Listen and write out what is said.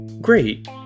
Great